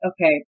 Okay